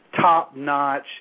top-notch